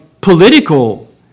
political